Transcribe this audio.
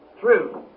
True